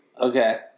Okay